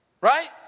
Right